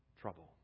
trouble